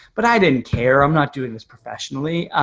but i didn't care, i'm not doing this professionally.